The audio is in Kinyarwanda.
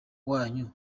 wanyu